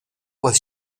was